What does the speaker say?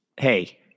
hey